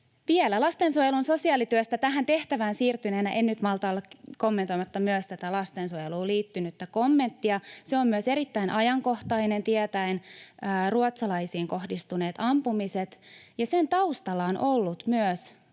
Lastensuojelun sosiaalityöstä tähän tehtävään siirtyneenä en nyt malta olla vielä kommentoimatta myös tätä lastensuojeluun liittynyttä kommenttia. Se on myös erittäin ajankohtainen tietäen ruotsalaisiin kohdistuneet ampumiset, ja sen taustalla on ollut myös